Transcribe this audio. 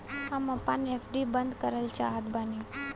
हम आपन एफ.डी बंद करल चाहत बानी